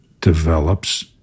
develops